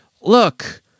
Look